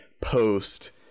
post